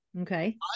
Okay